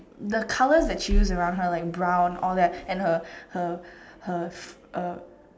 the colours that she use around her like brown and all that and her her her uh